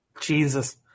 Jesus